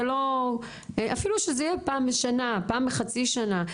אפילו שיהיה פעם בחצי שנה,